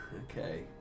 Okay